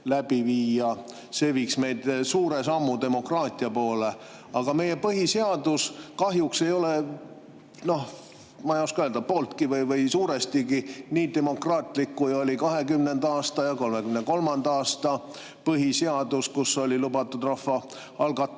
läbi viia, see viiks meid suure sammu võrra demokraatia poole. Aga meie põhiseadus kahjuks ei ole, ma ei oska öelda, pooltki nii demokraatlik, kui olid 1920. aasta ja 1933. aasta põhiseadus, kus olid lubatud rahvaalgatus,